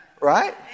Right